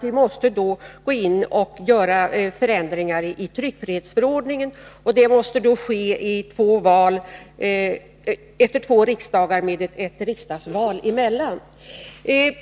Vi måste nämligen då göra förändringar i tryckfrihetsför ordningen, vilket kräver beslut av två riksdagar med ett riksdagsval emellan.